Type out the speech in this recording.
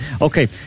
Okay